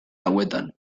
hauetan